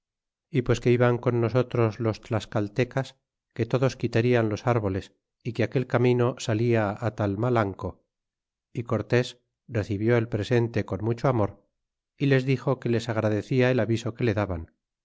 é pues que iban con nosotros los tlascaltecas que todos quitarian los árboles é que aquel camino salia á talmalanco cortés recibió el presente con mucho amor y les dixo que les agradecia el aviso que le daban